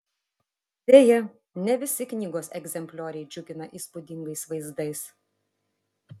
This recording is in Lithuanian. deja ne visi knygos egzemplioriai džiugina įspūdingais vaizdais